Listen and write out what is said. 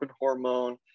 hormone